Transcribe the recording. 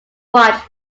watch